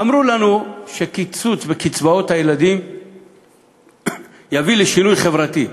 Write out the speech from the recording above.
אמרו לנו שקיצוץ בקצבאות הילדים יביא לשינוי חברתי.